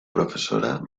profesora